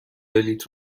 بلیط